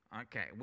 Okay